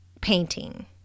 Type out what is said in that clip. painting